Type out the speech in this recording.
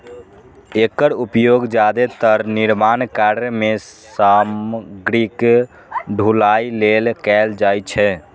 एकर उपयोग जादेतर निर्माण कार्य मे सामग्रीक ढुलाइ लेल कैल जाइ छै